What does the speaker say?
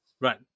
Right